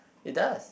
it does